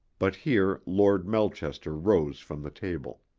but here lord melchester rose from the table.